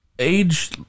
Age